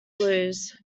blues